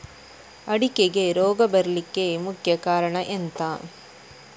ಅಡಿಕೆಗೆ ರೋಗ ಬರ್ಲಿಕ್ಕೆ ಮುಖ್ಯ ಕಾರಣ ಎಂಥ?